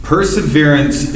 Perseverance